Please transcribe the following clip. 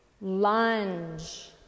lunge